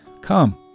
Come